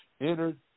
Entered